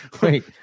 wait